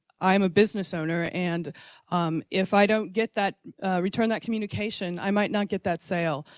i'm a business owner and if i don't get that return that communication, i might not get that sale.